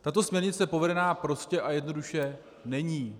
Tato směrnice povedená prostě a jednoduše není.